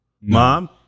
Mom